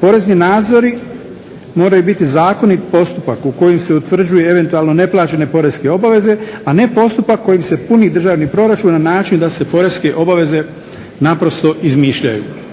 Porezni nadzori moraju biti zakonit postupak u kojem se utvrđuje eventualno neplaćene poreske obveze, a ne postupak kojim se puni državni proračun na način da se poreske obveze naprosto izmišljaju.